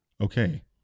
okay